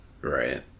Right